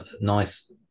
nice